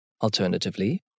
Alternatively